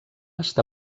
està